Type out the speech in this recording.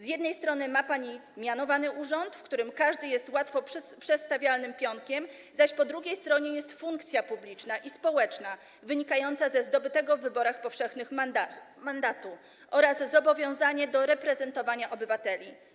Z jednej strony sprawuje pani mianowany urząd, w którym każdy jest łatwo przestawialnym pionkiem, zaś po drugiej stronie jest funkcja publiczna i społeczna wynikająca ze zdobytego w wyborach powszechnych mandatu oraz zobowiązanie do reprezentowania obywateli.